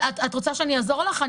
את רוצה שאני אעזור לך?